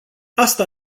asta